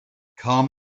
calm